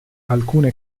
alcune